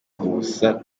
ubusa